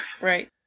Right